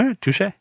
Touche